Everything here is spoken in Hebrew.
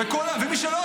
ומי שלא,